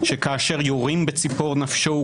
שכאשר יורים בציפור נפשו,